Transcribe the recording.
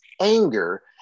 anger